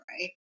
right